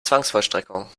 zwangsvollstreckung